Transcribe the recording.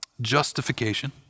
justification